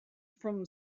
from